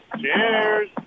Cheers